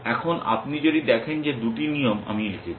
এখন আপনি যদি দেখেন যে দুটি নিয়ম আমি লিখেছি